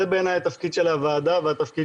וזה בעיניי התפקיד של הוועדה והתפקיד